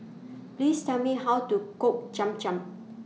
Please Tell Me How to Cook Cham Cham